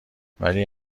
ولی